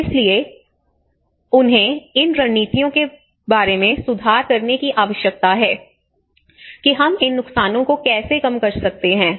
इसलिए उन्हें इन रणनीतियों में सुधार करने की आवश्यकता है कि हम इन नुकसानों को कैसे कम कर सकते हैं